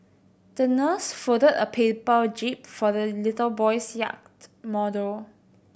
the nurse folded a paper jib for the little boy's yacht model